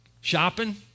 shopping